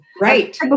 Right